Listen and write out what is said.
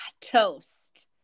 toast